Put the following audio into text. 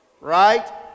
Right